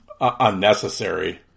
unnecessary